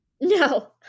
No